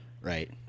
Right